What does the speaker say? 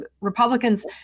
Republicans